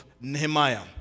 Nehemiah